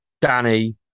Danny